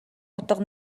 утга